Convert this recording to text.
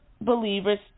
believers